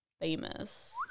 famous